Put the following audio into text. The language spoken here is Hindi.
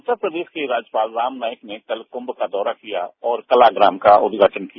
उत्तर प्रदेश के राज्यपाल राम नायक ने कल इने का दौरा किया और कलाग्राम का उद्घाटन किया